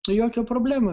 tai jokia problema